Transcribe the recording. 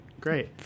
great